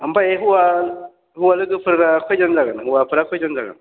ओमफ्राय हौवा लोगोफोरा खैजोन जागोन हौवाफोरा खैजोन जागोन